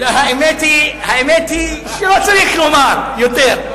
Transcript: האמת היא שלא צריך לומר יותר.